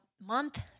month